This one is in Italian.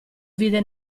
vide